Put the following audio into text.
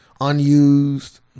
Unused